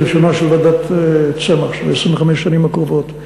ברשימה של ועדת צמח של 25 השנים הקרובות,